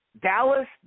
Dallas